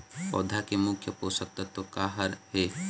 पौधा के मुख्य पोषकतत्व का हर हे?